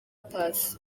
paccy